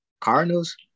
Cardinals